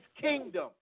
kingdom